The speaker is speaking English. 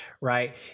right